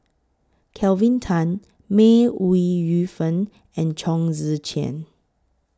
Kelvin Tan May Ooi Yu Fen and Chong Tze Chien